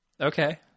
Okay